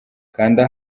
kanda